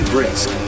Brisk